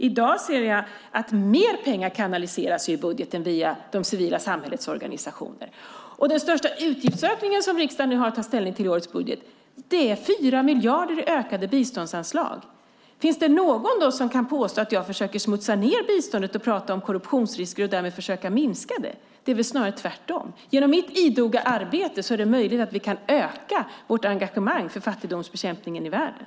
I dag ser jag att mer pengar kanaliseras i budgeten via det civila samhällets organisationer. Den största utgiftsökningen som riksdagen nu har att ta ställning till i årets budget är 4 miljarder i ökade biståndsanslag. Finns det då någon som kan påstå att jag försöker smutsa ned biståndet genom att prata om korruptionsrisker och därmed försöka minska det? Det är väl snarare tvärtom. Genom mitt idoga arbete är det möjligt att öka vårt engagemang för fattigdomsbekämpningen i världen.